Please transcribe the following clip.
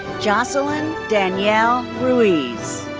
joselynn danielle ruiz.